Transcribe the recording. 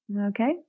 Okay